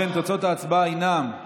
(תיקון מס' 2), התשפ"א 2020, נתקבל.